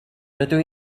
rydw